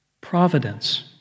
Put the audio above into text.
Providence